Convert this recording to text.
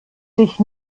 sich